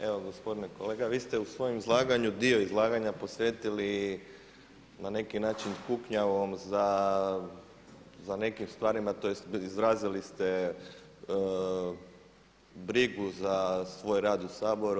Evo gospodine kolega vi ste u svojem izlaganju dio izlaganja posvetili na neki način kuknjavom za nekim stvarima tj. izrazili ste brigu za svoj rad u Saboru.